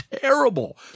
terrible